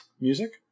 music